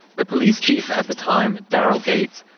the police chief at the time, daryl gates,